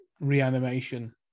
reanimation